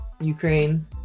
Ukraine